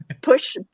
push